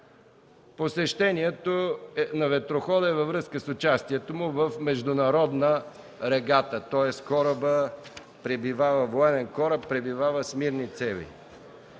Посещението на ветрохода е във връзка с участието му в международна регата, тоест военен кораб пребивава с мирни цели.